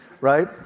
right